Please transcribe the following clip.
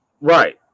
Right